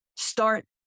start